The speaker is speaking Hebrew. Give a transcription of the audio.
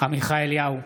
עמיחי אליהו,